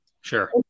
Sure